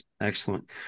Excellent